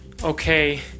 Okay